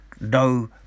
no